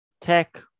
tech